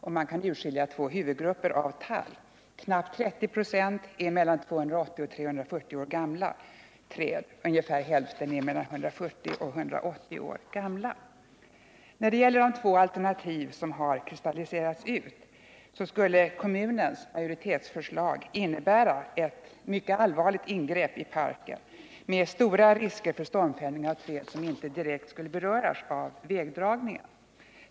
Man kan där urskilja två huvudgrupper av tall. Knappt 30 96 av tallarna är mellan 280 och 340 år gamla träd, och ungefär hälften är mellan 140 och 180 år gamla. 6 Av de två alternativ som har kristalliserats ut skulle kommunens majoritetsförslag innebära ett mycket allvarligt ingrepp i parken med stora risker för stormfällning av träd som inte direkt skulle beröras av vägdragningen.